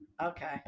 okay